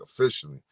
officially